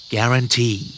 Guarantee